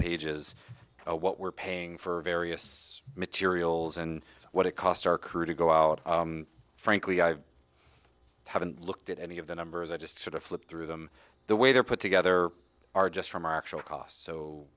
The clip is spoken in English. pages what we're paying for various materials and what it cost our crew to go out frankly i haven't looked at any of the numbers i just sort of flip through them the way they're put together are just from our actual cost so